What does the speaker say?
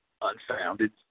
unfounded